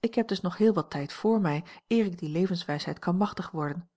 ik heb dus nog heel wat tijd vr mij eer ik die levenswijsheid kan machtig worden